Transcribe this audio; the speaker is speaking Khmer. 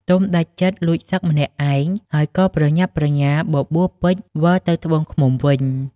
ទុំដាច់ចិត្តលួចសឹកម្នាក់ឯង ហើយក៏ប្រញាប់ប្រញាល់បបួលពេជ្រវិលទៅត្បូងឃ្មុំវិញ ។